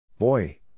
Boy